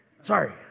Sorry